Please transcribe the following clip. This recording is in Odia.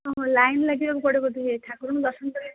ହଁ ହଁ ଲାଇନ୍ ଲଗାଇବାକୁ ପଡେ ବୋଧେ ଠାକୁରଙ୍କୁ ଦର୍ଶନ କରିବା